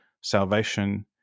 salvation